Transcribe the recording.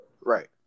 Right